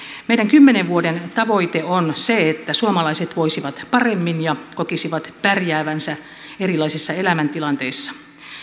meidän kymmenen vuoden tavoitteemme on se että suomalaiset voisivat paremmin ja kokisivat pärjäävänsä erilaisissa elämäntilanteissa